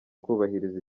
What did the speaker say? kubahiriza